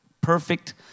perfect